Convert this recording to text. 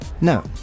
No